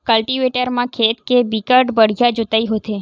cultivator म खेत के बिकट बड़िहा जोतई होथे